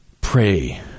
Pray